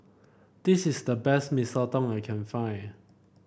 this is the best Mee Soto I can find